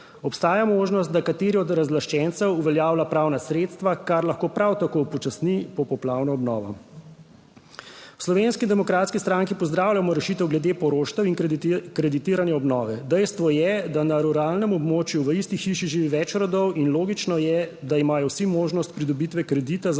Obstaja možnost, da kateri od razlaščencev uveljavlja pravna sredstva, kar lahko prav tako upočasni popoplavno obnovo. V Slovenski demokratski stranki pozdravljamo rešitev glede poroštev in kreditiranja obnove. Dejstvo je, da na ruralnem območju v isti hiši živi več rodov in logično je, da imajo vsi možnost pridobitve kredita za